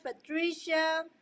Patricia